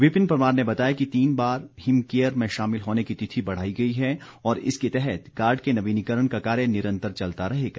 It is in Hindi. विपिन परमार ने बताया कि तीन बार हिम केयर में शामिल होने की तिथि बढ़ाई गई है और इसके तहत कार्ड के नवीनीकरण का कार्य निरन्तर चलता रहेगा